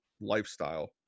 lifestyle